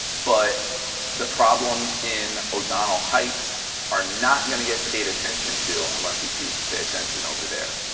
but the problems in o'donnell heights are not going to get paid attention to unless we choose to pay attention over there.